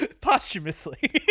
posthumously